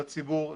לציבור להתפזר.